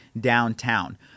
downtown